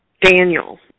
Daniel